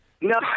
No